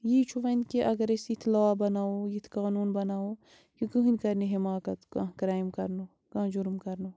یی چھُ وۄنۍ کہِ اگر أسۍ یِتھۍ لاء بَناوو یِتھۍ قانوٗن بَناوو تہٕ کٕہٲنۍ کَرِ نہٕ حماقت کانٛہہ کرٛایِم کرنُک کانٛہہ جرم کَرنُک